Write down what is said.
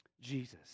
Jesus